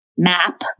Map